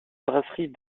brasserie